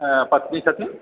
हॅं पत्नी छथिन